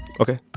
ok.